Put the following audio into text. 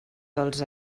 dels